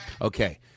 Okay